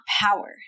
power